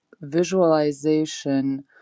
visualization